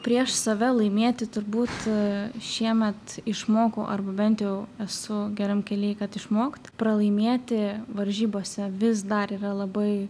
prieš save laimėti turbūt šiemet išmokau arba bent jau esu geram kely kad išmokt pralaimėti varžybose vis dar yra labai